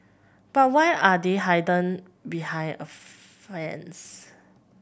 but why are they hidden behind a fence